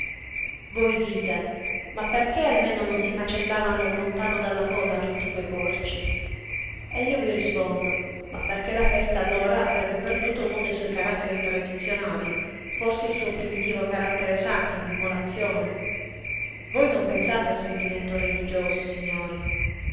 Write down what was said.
voi dite ma perché almeno non si macellavano lontano dalla folla tutti quei porci e io vi rispondo ma perché la festa allora avrebbe perduto uno dei suoi caratteri tradizionali forse il suo primitivo carattere sacro d'immolazione voi non pensate al sentimento religioso signori